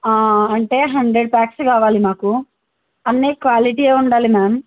అంటే hundred packs కావాలి మాకు అన్నీ క్వాలిటీ ఉండాలి మ్యామ్